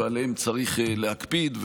ועליהם צריך להקפיד,